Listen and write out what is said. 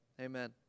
amen